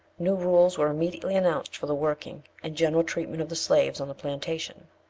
new rules were immediately announced for the working and general treatment of the slaves on the plantation.